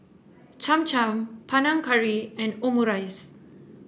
Cham Cham Panang Curry and Omurice